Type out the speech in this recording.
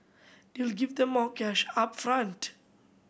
this will give the more cash up front